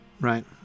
right